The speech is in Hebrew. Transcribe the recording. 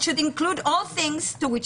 which should include all things to which